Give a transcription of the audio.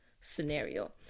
scenario